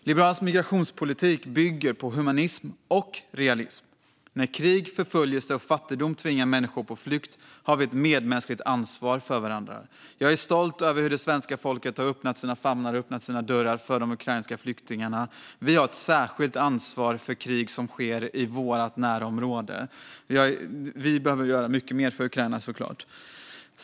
Liberalernas migrationspolitik bygger på humanism och realism. När krig, förföljelse och fattigdom tvingar människor på flykt har vi ett medmänskligt ansvar för varandra. Jag är stolt över hur det svenska folket har öppnat sina famnar och sina dörrar för de ukrainska flyktingarna. Vi har ett särskilt ansvar för krig som sker i vårt närområde, och vi behöver såklart göra mycket mer för Ukraina.